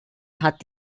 hat